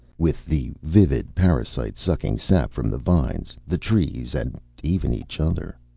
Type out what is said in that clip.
with the vivid parasites sucking sap from the vines, the trees, and even each other.